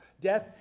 Death